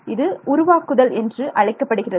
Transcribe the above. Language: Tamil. இது உருவாக்குதல் என்று அழைக்கப்படுகிறது